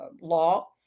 law